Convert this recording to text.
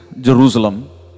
Jerusalem